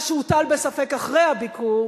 מה שהוטל בספק אחרי הביקור,